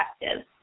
effective